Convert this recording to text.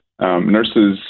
Nurses